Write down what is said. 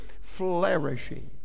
flourishing